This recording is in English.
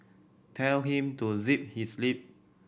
tell him to zip his lip